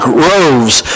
groves